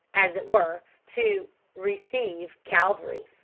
as it were, to receive cavalry.